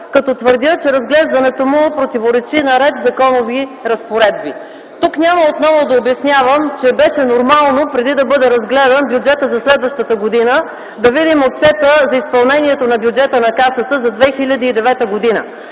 като твърдя, че разглеждането му противоречи на ред законови разпоредби. Тук няма отново да обяснявам, че беше нормално преди да бъде разгледан бюджетът за следващата година, да видим отчета за изпълнението на бюджета на Касата за 2009 г.